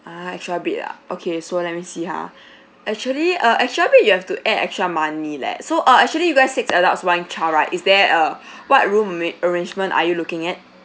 ah extra bed ah okay so let me see ha actually uh extra bed you have to add extra money leh so uh actually you guys six adults one child right is there uh what room ar~ arrangement are you looking at